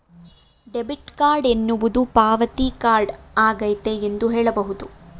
debit card ಎನ್ನುವುದು ಪಾವತಿ card ಆಗೈತೆ ಎಂದು ಹೇಳಬಹುದು